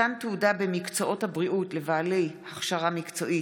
מתן תעודה במקצועות הבריאות לבעלי הכשרה מקצועית),